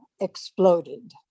exploded